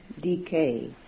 decay